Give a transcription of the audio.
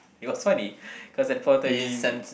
he was sorry cause that point of time he